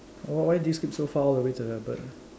why why did you skip so far all the way to the bird